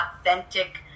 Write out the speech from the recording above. authentic